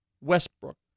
Westbrook